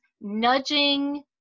nudging